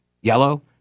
yellow